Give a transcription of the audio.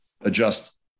adjust